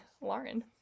Lauren